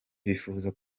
bifuza